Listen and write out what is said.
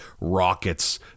rockets